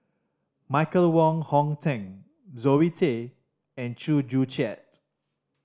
Michael Wong Hong Teng Zoe Tay and Chew Joo Chiat